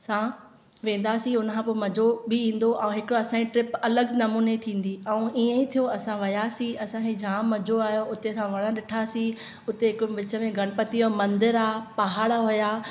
सां वेंदासीं हुनखां पोइ मजो बि ईंदो ऐं हिकु असांजीं ट्रिप अलॻि नमूने थींदी ऐं ईएं ई थियो असां वियासीं असांखे जाम मजो आयो उते असां वण ॾिठांसीं उते हिकु विच में गण्पति ओ मंदिर आहे पहाड़ हुया